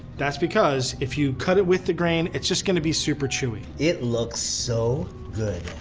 that's because if you cut it with the grain, it's just gonna be super chewy. it looks so good.